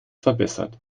verbessert